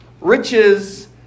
riches